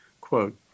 quote